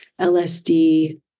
LSD